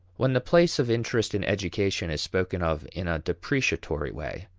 when the place of interest in education is spoken of in a depreciatory way,